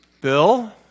Bill